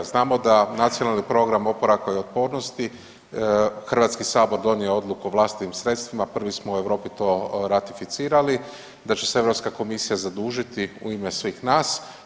Znamo da Nacionalni program oporavka i otpornosti HS donio je odluku o vlastitim sredstvima, prvi smo u Europi to ratificirali da će se Europska komisija zadužiti u ime svih nas.